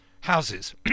houses